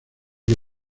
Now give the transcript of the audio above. que